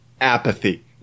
apathy